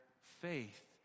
faith